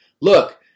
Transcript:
Look